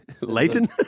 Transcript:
Leighton